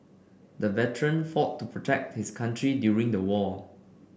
the veteran fought to protect his country during the war